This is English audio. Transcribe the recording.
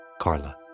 Carla